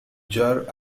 jar